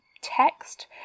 text